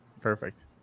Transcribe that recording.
Perfect